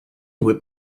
went